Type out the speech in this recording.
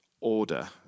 order